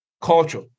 culture